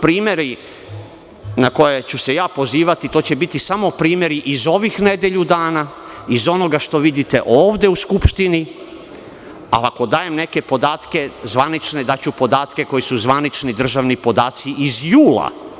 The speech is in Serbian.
Primeri na koje ću se pozivati će biti samo primeri iz ovih nedelju dana, iz onoga što vidite ovde u Skupštini, ali ako dajem neke zvanične podatke, daću podatke koji su zvanični državni podaci iz jula.